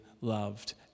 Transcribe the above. loved